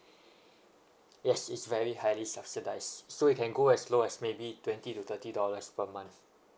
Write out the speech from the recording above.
yes it's very highly subsidized so you can go as low as maybe twenty to thirty dollars per month